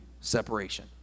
separation